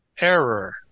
error